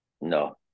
No